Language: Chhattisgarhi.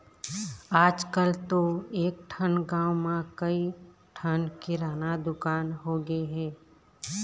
आजकल तो एकठन गाँव म कइ ठन किराना दुकान होगे हे